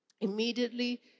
Immediately